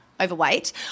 overweight